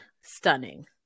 stunning